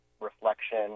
reflection